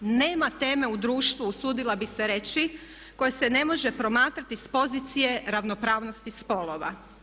Nema teme u društvu usudila bih se reći koje se ne može promatrati s pozicije ravnopravnosti spolova.